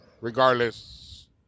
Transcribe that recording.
Regardless